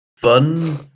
fun